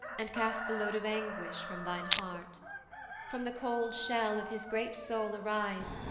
and cast the load of anguish from thine heart from the cold shell of his great soul arise,